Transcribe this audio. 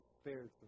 spared